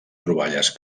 troballes